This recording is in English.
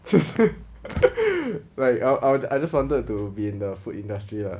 like I'll I'll I just wanted to be in the food industry lah